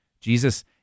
Jesus